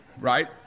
right